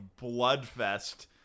bloodfest